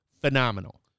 phenomenal